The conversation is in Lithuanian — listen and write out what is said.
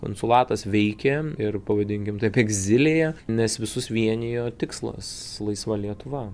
konsulatas veikė ir pavadinkim taip egzilinėje nes visus vienijo tikslas laisva lietuva